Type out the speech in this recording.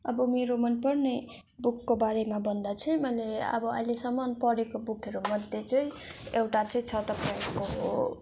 अब मेरो मनपर्ने बुकको बारेमा भन्दा चाहिँ मैले अब अहिलेसम्म पढेको बुकहरू मध्ये चाहिँ एउटा चाहिँ छ तपाईँको